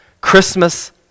Christmas